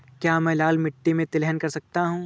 क्या मैं लाल मिट्टी में तिलहन कर सकता हूँ?